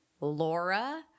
laura